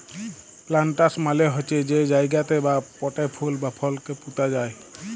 planters মালে হছে যে জায়গাতে বা পটে ফুল বা ফলকে পুঁতা যায়